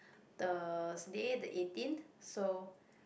the day the eighteenth so